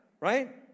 right